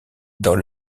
dans